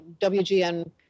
WGN